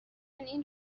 این